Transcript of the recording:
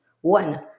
one